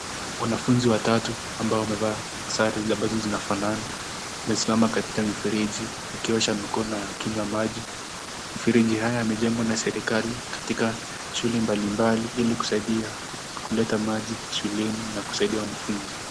Wanafunzi watatu ambao wamevaa sare ambazo zinafanana wamesimama katika mifereji wakiosha mikono na wakinywa maji, mifereji haya yamejengwa na serikali katika shule mbalimbali ili kusaidia kuleta maji shuleni na kusaidia wanafunzi.